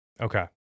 Okay